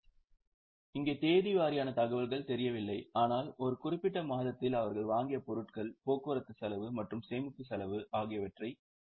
எனவே இங்கே தேதி வாரியான தகவல்கள் தெரியவில்லை ஆனால் ஒரு குறிப்பிட்ட மாதத்தில் அவர்கள் வாங்கிய பொருட்கள் போக்குவரத்து செலவு மற்றும் சேமிப்பு செலவு ஆகியவற்றை அவர்கள் அறிவார்கள்